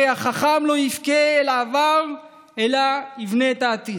הרי החכם לא יבכה על העבר אלא יבנה את העתיד.